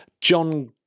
John